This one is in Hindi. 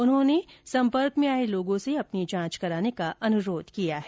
उन्होंने सम्पर्क में आये लोगों से अपनी जांच कराने का अनुरोध किया है